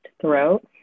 throat